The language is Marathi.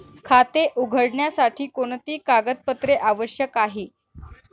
खाते उघडण्यासाठी कोणती कागदपत्रे आवश्यक आहे?